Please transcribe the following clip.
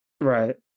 Right